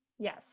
Yes